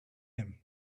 him